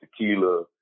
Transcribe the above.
tequila